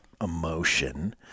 emotion